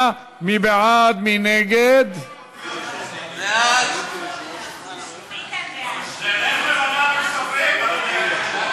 תודה לסגן שר האוצר חבר הכנסת יצחק